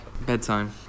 Bedtime